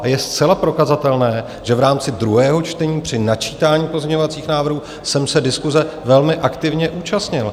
A je zcela prokazatelné, že v rámci druhého čtení při načítání pozměňovacích návrhů jsem se diskuse velmi aktivně účastnil.